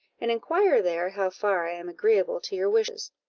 and inquire there how far i am agreeable to your wishes.